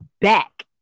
back